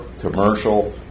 commercial